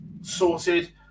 sorted